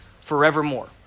forevermore